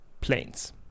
Planes